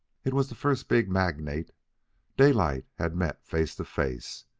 it was the first big magnate daylight had met face to face,